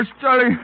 Charlie